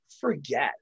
forget